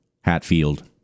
Hatfield